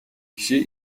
kişiye